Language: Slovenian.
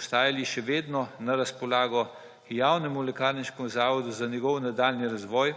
ostajali še vedno na razpolago javnemu lekarniškemu zavodu za njegov nadaljnji razvoj,